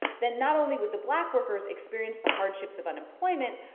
then not only would the black workers experience the hardships of unemployment,